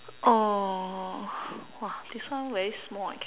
oh !wah! this one very small I cannot